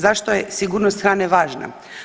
Zašto je sigurnost hrane važna?